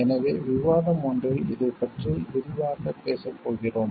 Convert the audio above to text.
எனவே விவாதம் ஒன்றில் இதைப் பற்றி விரிவாகப் பேசப் போகிறோம்